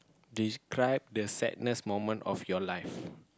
describe the sadness moment of your life